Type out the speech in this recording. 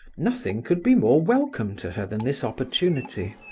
nothing could be more welcome to her than this opportunity.